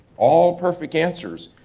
all perfect answers.